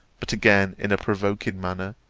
but again, in a provoking manner,